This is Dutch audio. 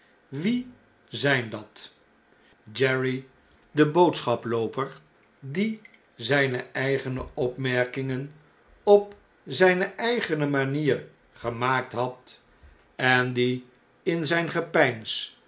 wie zn'n dat jerry de boodschaplooper die zpe eigene opmerkingen op zjjne eigene manier gemaakt had en die in zgn gepeins